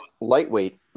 lightweight